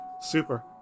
super